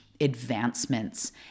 advancements